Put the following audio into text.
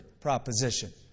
proposition